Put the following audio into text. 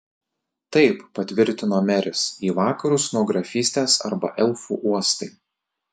taip patvirtino meris į vakarus nuo grafystės arba elfų uostai